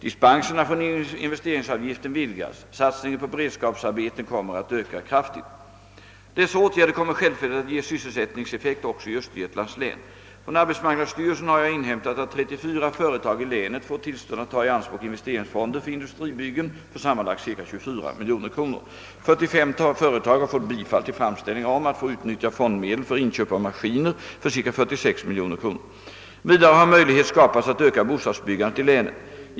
Dispenserna från investeringsavgiften vidgas. Satsningen på beredskapsarbeten kommer att öka kraftigt. Dessa åtgärder kommer självfallet att ge sysselsättningseffekt också i Östergötlands län. Från arbetsmarknadsstyrelsen har jag inhämtat att 34 företag i länet fått tillstånd att ta i anspråk investeringsfonder för industribyggen för sammanlagt ca 24 miljoner kronor; 43 företag har fått bifall till framställningar om att få utnyttja fondmedel för in köp av maskiner för ca 46 miljoner kronor, Vidare har möjlighet skapats att öka bostadsbyggandet i länet.